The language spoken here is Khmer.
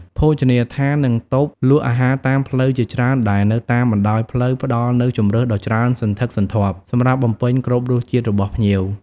ភោជនីយដ្ឋាន និងតូបលក់អាហារតាមផ្លូវជាច្រើន ដែលនៅតាមបណ្ដោយផ្លូវ ផ្ដល់នូវជម្រើសដ៏ច្រើនសន្ធឹកសន្ធាប់សម្រាប់បំពេញគ្រប់រសជាតិរបស់ភ្ញៀវ។